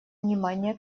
внимание